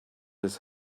his